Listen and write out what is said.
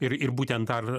ir ir būtent dar